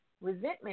Resentment